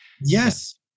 Yes